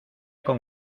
con